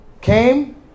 came